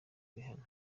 rihanna